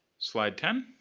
slide ten.